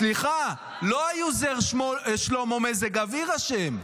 סליחה, לא היוזר "שלמה מזג האוויר" אשם.